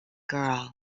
girl